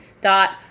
Dot